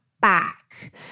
back